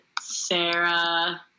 Sarah